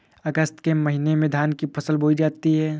अगस्त के महीने में धान की फसल बोई जाती हैं